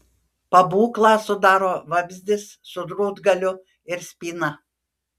pabūklą sudaro vamzdis su drūtgaliu ir spyna